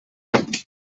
hawnhekk